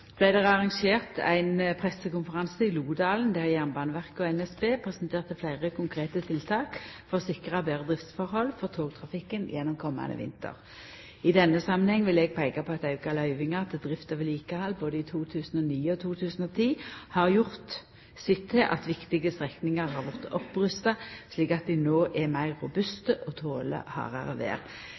det arrangert ein pressekonferanse i Lodalen der Jernbaneverket og NSB presenterte fleire konkrete tiltak for å sikra betre driftsforhold for togtrafikken gjennom komande vinter. I denne samanhengen vil eg peika på at auka løyvingar til drift og vedlikehald både i 2009 og i 2010 har gjort sitt til at viktige strekningar har vorte opprusta slik at dei no er meir robuste og